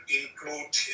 include